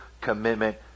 commitment